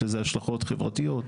יש לזה השלכות חברתיות,